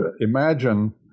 imagine